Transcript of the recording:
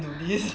(uh huh)